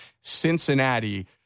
Cincinnati